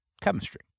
chemistry